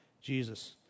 Jesus